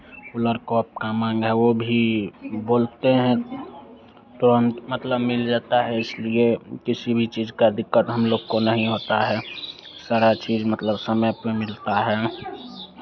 कुल्हड़ कप का मांग है वो भी बोलते हैं तुरंत मतलब मिल जाता है इसलिए किसी भी चीज़ का दिक्कत हम लोग को नहीं होता है सारा चीज़ मतलब समय पे मिलता है